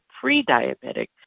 pre-diabetic